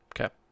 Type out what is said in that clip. Okay